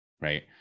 right